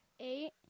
Eight